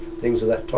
things are that